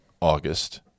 August